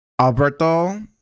Alberto